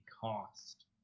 cost